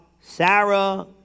Sarah